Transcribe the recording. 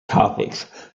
topics